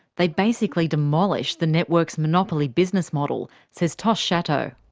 they basically demolish the networks' monopoly business model, says tosh szatow.